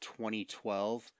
2012